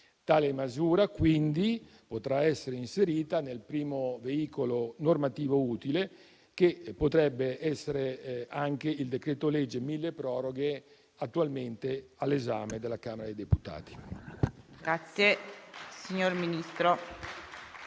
Tale misura, quindi, potrà essere inserita nel primo veicolo normativo utile, che potrebbe essere anche il decreto-legge milleproroghe, attualmente all'esame della Camera dei deputati.